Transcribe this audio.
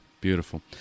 beautiful